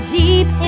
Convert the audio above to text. deep